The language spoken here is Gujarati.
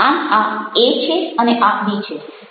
આમ આ A અને આ B છે